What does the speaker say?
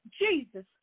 Jesus